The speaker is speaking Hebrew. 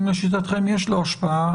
אם לשיטתכם יש לו השפעה,